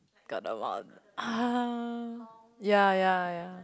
got a lot ah ya ya ya